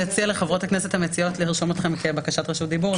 אני אציע לחברות הכנסת המציעות לרשום אתכן לבקשת רשות דיבור.